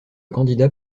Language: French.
candidat